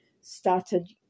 started